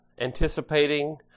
anticipating